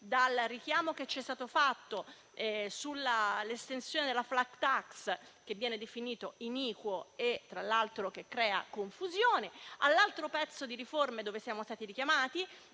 dal richiamo che ci è stato fatto sull'estensione della *flat tax*, che viene definito iniquo e crea confusione, all'altro pezzo di riforme su cui siamo stati richiamati,